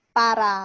para